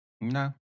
No